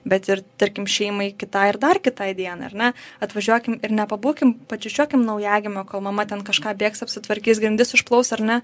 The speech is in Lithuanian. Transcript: bet ir tarkim šeimai kitai ir dar kitai dienai ar ne atvažiuokim ir nepabūkim pabučiuokim naujagimio kol mama ten kažką bėgs apsitvarkys grindis išplaus ar ne